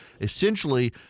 essentially